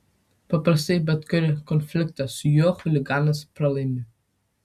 paprastai bet kurį konfliktą su juo chuliganas pralaimi